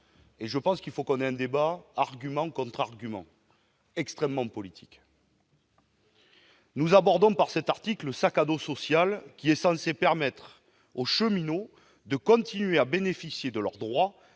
Je pense que nous devons avoir un débat argument contre argument, extrêmement politique. Nous abordons ici la question du « sac à dos social », qui est censé permettre aux cheminots de continuer à bénéficier de leurs droits,